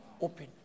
Open